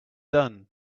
done